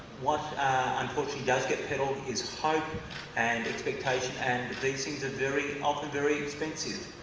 what unfortunately does get pedalled, is hope and expectation and these things are very often very expensive.